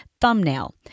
thumbnail